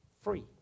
free